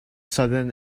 sudden